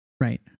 Right